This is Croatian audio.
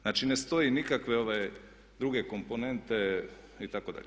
Znači ne stoje nikakve druge komponente itd.